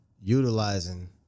utilizing